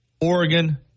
Oregon